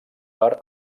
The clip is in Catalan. per